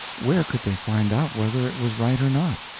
where could they find out whether it was right or not?